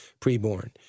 preborn